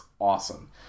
awesome